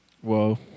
Whoa